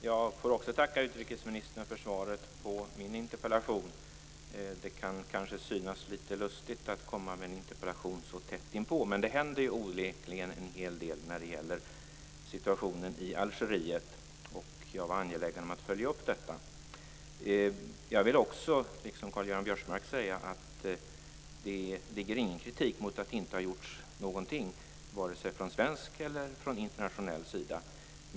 Fru talman! Jag får tacka utrikesministern för svaret på min interpellation. Det kan synas litet lustigt att framställa en interpellation så tätt inpå, men det händer onekligen en hel del när det gäller situationen i Algeriet. Jag var angelägen att följa upp denna. Jag - liksom Karl-Göran Biörsmark - vill också säga att det inte ligger någon kritik bakom mot att det inte har gjorts någonting vare sig från svensk eller internationell sida.